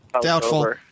Doubtful